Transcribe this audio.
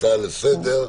הצעה לסדר,